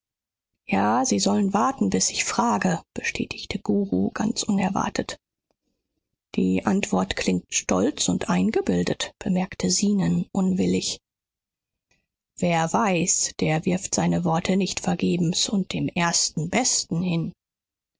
ja sie sollen warten bis ich frage bestätigte guru ganz unerwartet die antwort klingt stolz und eingebildet bemerkte zenon unwillig wer weiß der wirft seine worte nicht vergebens und dem ersten besten hin